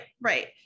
right